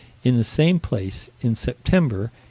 in the same place. in september,